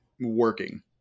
working